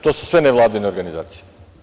Sve su to nevladine organizacije.